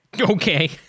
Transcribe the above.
Okay